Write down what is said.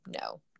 No